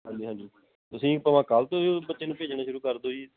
ਹਾਂਜੀ ਹਾਂਜੀ ਤੁਸੀਂ ਭਵਾ ਕੱਲ੍ਹ ਤੋਂ ਬੱਚੇ ਨੂੰ ਭੇਜਣਾ ਸ਼ੁਰੂ ਕਰ ਦਿਓ ਜੀ